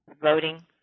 voting